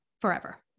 forever